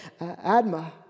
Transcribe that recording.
Adma